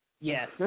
Yes